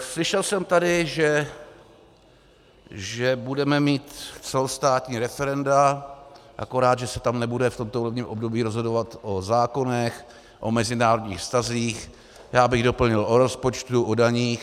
Slyšel jsem tady, že budeme mít celostátní referenda, akorát že se tam nebude v tomto volebním období rozhodovat o zákonech, o mezinárodních vztazích, já bych doplnil o rozpočtu, o daních.